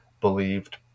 believed